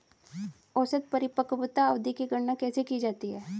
औसत परिपक्वता अवधि की गणना कैसे की जाती है?